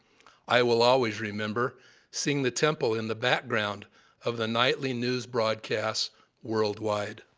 i will always remember seeing the temple in the background of the nightly news broadcasts worldwide.